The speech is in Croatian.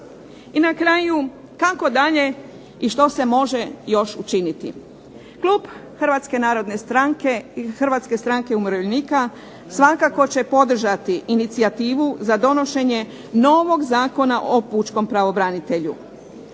I na kraju, kako dalje i što se može još učiniti. Klub Hrvatske narodne stranke i Hrvatske stranke umirovljenika svakako će podržati inicijativu za donošenje novog Zakona o pučkom pravobranitelju.